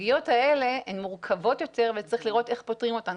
הסוגיות האלה הן מורכבות יותר וצריך לראות איך פותרים אותן,